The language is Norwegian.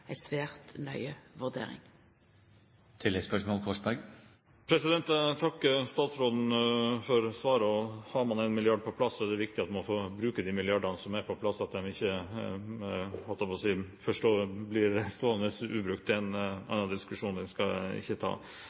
Jeg takker statsråden for svaret. Har man en milliard på plass, er det viktig at man får brukt den milliarden som er på plass, slik at den – jeg holdt på å si – ikke blir stående ubrukt. Det er jo en annen diskusjon, som jeg ikke skal ta.